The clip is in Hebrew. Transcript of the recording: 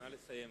נא לסיים.